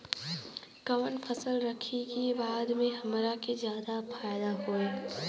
कवन फसल रखी कि बाद में हमरा के ज्यादा फायदा होयी?